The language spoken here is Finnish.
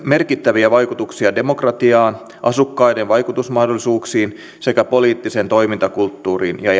merkittäviä vaikutuksia demokratiaan asukkaiden vaikutusmahdollisuuksiin sekä poliittiseen toimintakulttuuriin ja